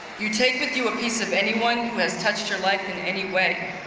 you take with you a piece of anyone who has touched your life in any way.